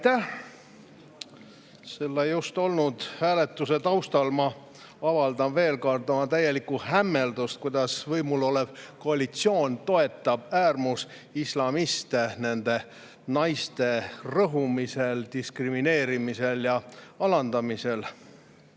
Selle just olnud hääletusega seoses ma avaldan veel kord oma täielikku hämmeldust, kuidas võimul olev koalitsioon toetab äärmusislamiste naiste rõhumisel, diskrimineerimisel ja alandamisel.